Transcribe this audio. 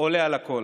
עולה על הכול.